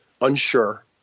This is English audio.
unsure